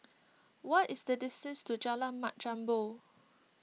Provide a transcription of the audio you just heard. what is the distance to Jalan Mat Jambol